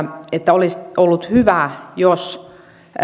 että olisi ollut hyvä jos olisi odotettu että